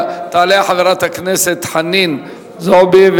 תעלה חברת הכנסת חנין זועבי.